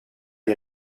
les